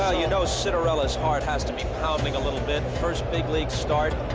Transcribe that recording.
ah you know citarella's heart has to be pounding a little bit, first big league start.